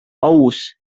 aus